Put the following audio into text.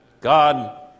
God